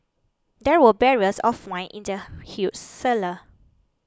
there were barrels of wine in the huge cellar